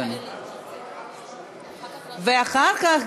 ואחר כך,